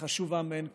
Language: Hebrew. חשובה מאין כמותה.